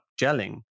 gelling